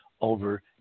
over